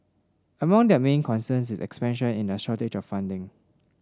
among their main concerns in expansion is a shortage of funding